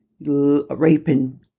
raping